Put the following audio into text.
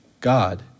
God